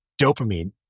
dopamine